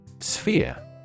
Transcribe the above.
Sphere